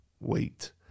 WAIT